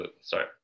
sorry